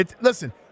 Listen